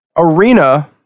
Arena